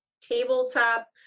tabletop